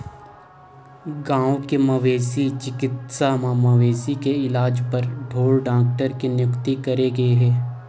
गाँव के मवेशी चिकित्सा म मवेशी के इलाज बर ढ़ोर डॉक्टर के नियुक्ति करे गे हे